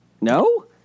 No